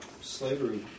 slavery